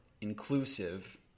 inclusive